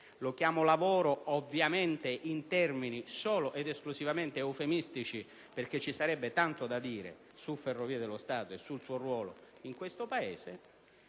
la parola "lavoro" in termini esclusivamente eufemistici perché vi sarebbe tanto da dire su Ferrovie dello Stato e sul suo ruolo in questo Paese